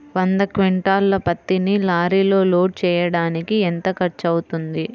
వంద క్వింటాళ్ల పత్తిని లారీలో లోడ్ చేయడానికి ఎంత ఖర్చవుతుంది?